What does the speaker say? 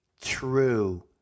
true